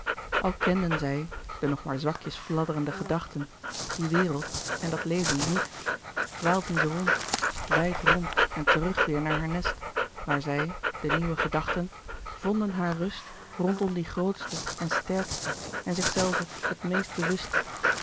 al kenden zij de nog maar zwakjes fladderende gedachten die wereld en dat leven niet dwaalden ze rond wijd rond louis couperus de boeken der kleine zielen en terug weêr naar haar nest waar zij de nieuwe gedachten vonden haar rust rondom die grootste en sterkste en zichzelve het meest bewuste